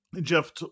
Jeff